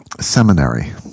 seminary